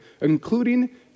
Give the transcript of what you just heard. including